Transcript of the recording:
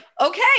okay